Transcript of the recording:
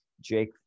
Jake